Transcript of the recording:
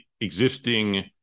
existing